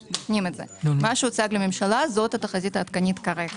מה שהוצג לממשלה, זאת התחזית העדכנית כרגע.